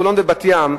חולון ובת-ים,